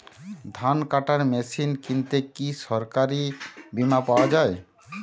ধান কাটার মেশিন কিনতে কি সরকারী বিমা পাওয়া যায়?